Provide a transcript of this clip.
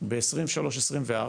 בשנים 2023-2024,